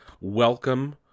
Welcome